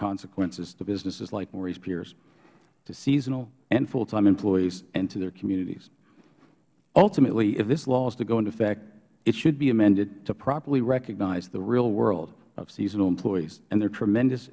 consequences to businesses like morey's piers to seasonal and full time employees and to their communities ultimately if this law is to go into effect it should be amended to properly recognize the real world of seasonal employees and their tremendous